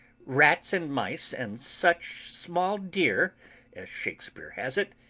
rats and mice and such small deer as shakespeare has it,